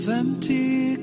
empty